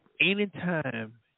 Anytime